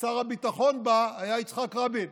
ושר הביטחון בה היה יצחק רבין,